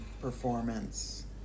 performance